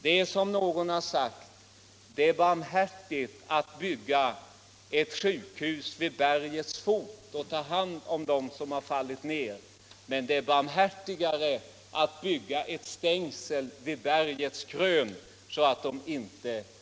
Det är så som någon har sagt: Det är barmhärtigt att bygga ett sjukhus vid bergets fot och ta hand om dem som har fallit, men det är barmhärtigare att bygga ett stängsel vid bergets krön så att de inte faller ned.